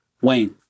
Wayne